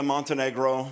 Montenegro